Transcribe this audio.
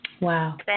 wow